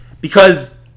Because-